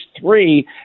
three